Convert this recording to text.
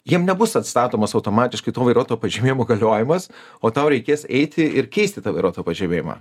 jiem nebus atstatomas automatiškai to vairuotojo pažymėjimo galiojimas o tau reikės eiti ir keisti tą vairuotojo pažymėjimą